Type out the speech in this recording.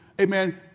amen